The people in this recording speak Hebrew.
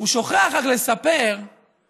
הוא שוכח רק לספר על